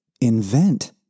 invent